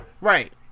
right